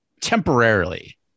temporarily